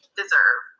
deserve